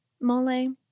mole